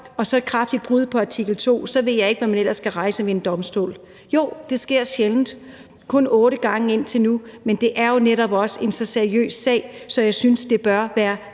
er så kraftige brud på artikel 2, så ved jeg ikke, hvad det er, og hvad man ellers skal rejse ved en domstol. Ja, det sker sjældent: kun otte gange indtil nu. Men det er jo netop også en så seriøs sag, så jeg synes, der bør være